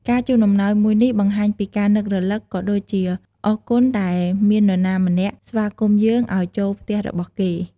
ការជូនអំណោយមួយនេះបង្ហាញពីការនឹករឭក ក៏ដូចជាអរគុណដែលមាននរណាម្នាក់ស្វាគមន៍យើងឱ្យចូលផ្ទះរបស់គេ។